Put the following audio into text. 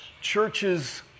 churches